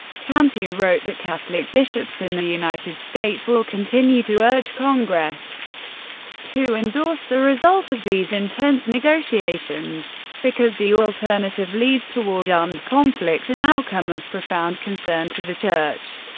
cantu wrote that catholic bishops in the united states will continue to urge congress to endorse the result of these intense negotiations, because the alternative leads toward armed conflict, an outcome of profound concern to the church.